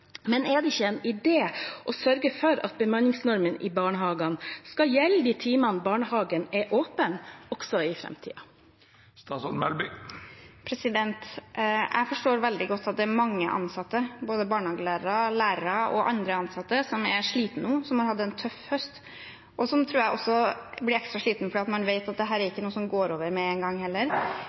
men er det ikke en idé å sørge for at bemanningsnormen i barnehagene skal gjelde de timene barnehagen er åpen, også i framtiden? Jeg forstår veldig godt at det er mange ansatte, både barnehagelærere, lærere og andre ansatte, som er slitne nå, som har hatt en tøff høst, og som jeg også tror blir ekstra slitne fordi man vet at dette heller ikke er noe som går over med en gang.